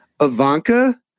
Ivanka